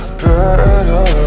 better